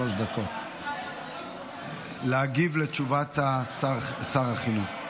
שלוש דקות להגיב על תשובת שר החינוך.